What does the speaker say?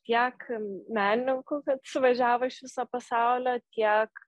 tiek menininkų kad suvažiavo iš viso pasaulio tiek